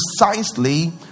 precisely